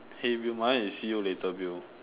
hill view mine is see you later view